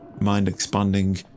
mind-expanding